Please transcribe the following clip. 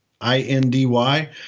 I-N-D-Y